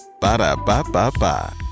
Ba-da-ba-ba-ba